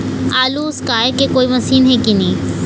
आलू उसकाय के कोई मशीन हे कि नी?